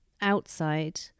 outside